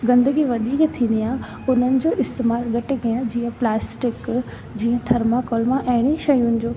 गंदगी वधीक थींदी आ हुननि जो इस्तेमाल घटि कयां जीअं प्लास्टिक जीअं थर्माकोल मां अहिड़ी शयुनि जो